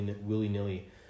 willy-nilly